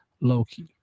loki